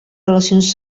relacions